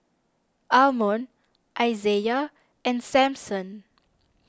Almon Isiah and Samson